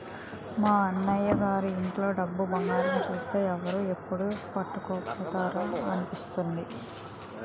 మా అయ్యగారి ఇంట్లో డబ్బు, బంగారాన్ని చూస్తే ఎవడు ఎప్పుడు పట్టుకుపోతాడా అనిపిస్తుంది